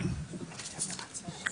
הוא